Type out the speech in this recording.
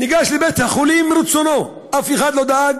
ניגש לבית-החולים מרצונו, אף אחד לא דאג